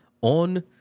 on